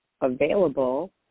available